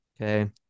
Okay